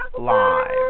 live